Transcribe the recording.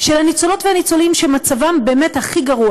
של הניצולות והניצולים שמצבם באמת הכי גרוע.